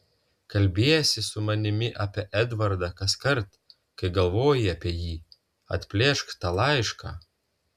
kalbiesi su manimi apie edvardą kaskart kai galvoji apie jį atplėšk tą laišką